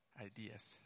ideas